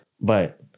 but-